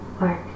Work